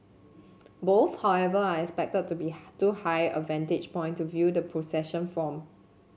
both however are expected to be too high a vantage point to view the procession form